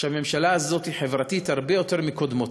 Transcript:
שהממשלה הזאת היא חברתית הרבה יותר מקודמותיה,